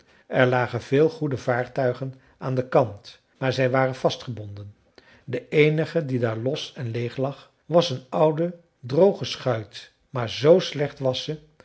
er lagen veel goede vaartuigen aan den kant maar zij waren vastgebonden de eenige die daar los en leeg lag was een oude droge schuit maar zoo slecht